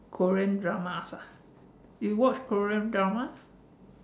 Korean dramas ah you watch Korean dramas